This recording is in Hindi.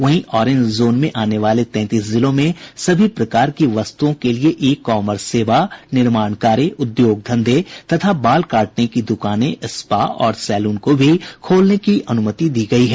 वहीं ऑरेंज जोन में आने वाले तैंतीस जिलों में सभी प्रकार की वस्तुओं के लिये ई कॉमर्स सेवा निर्माण कार्य उद्योग धंधे तथा बाल काटने की दुकानें स्पा और सैलून को भी खोलने की अनुमति दी गयी है